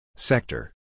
Sector